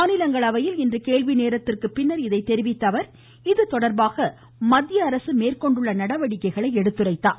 மாநிலங்களவையில் இன்று கேள்வி நேரத்திற்கு பின்னர் பேசிய அவர் இதுதொடர்பாக மத்திய அரசு மேற்கொண்டுள்ள நடவடிக்கைகளை எடுத்துரைத்தார்